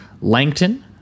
Langton